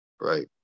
right